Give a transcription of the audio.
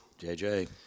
JJ